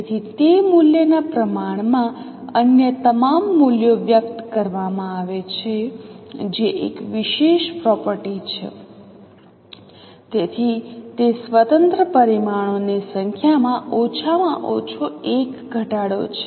તેથી તે મૂલ્યના પ્રમાણમાં અન્ય તમામ મૂલ્યો વ્યક્ત કરવામાં આવે છે જે એક વિશેષ પ્રોપર્ટી છે તેથી તે સ્વતંત્ર પરિમાણોની સંખ્યામાં ઓછામાં ઓછો એક ઘટાડો છે